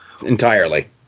Entirely